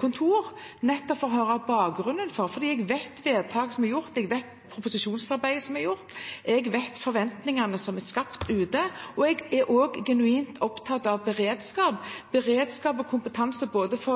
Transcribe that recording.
kontor, nettopp for å høre bakgrunnen, for jeg vet om vedtaket som er gjort, jeg vet om proposisjonsarbeidet som er gjort, og jeg vet om forventningene som er skapt ute. Jeg er genuint opptatt av beredskap og kompetanse, også for